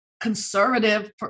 conservative